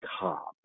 cop